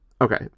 Okay